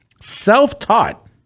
self-taught